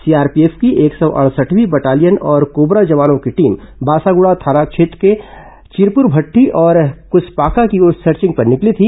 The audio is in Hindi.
सीआरपीएफ की एक सौ अडसठवीं बटालियन और कोबरा जवानों की टीम बासागडा थाना क्षेत्र के चिरपुरमटटी और क्सपाका की ओर सर्विंग पर निकली थी